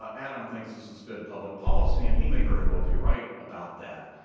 ah adam thinks this is good public policy. and he may very well be right about that.